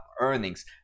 earnings